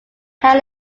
held